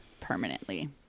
permanently